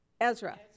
Ezra